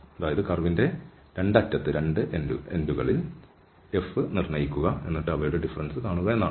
അതായത് കർവിന്റെ 2 അറ്റത്ത് f നിർണയിക്കുക എന്നതാണ്